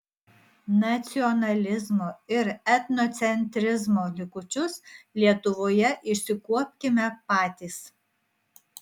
nacionalizmo ir etnocentrizmo likučius lietuvoje išsikuopkime patys